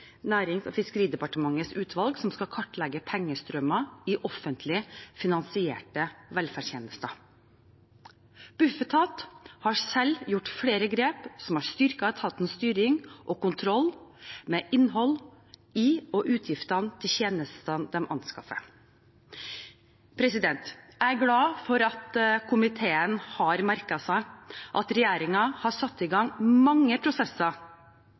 Nærings- og fiskeridepartementets utvalg som skal kartlegge pengestrømmer i offentlig finansierte velferdstjenester. Bufetat har selv gjort flere grep som har styrket etatens styring og kontroll med innhold i og utgiftene til tjenestene de anskaffer. Jeg er glad for at komiteen har merket seg at regjeringen har satt i gang mange prosesser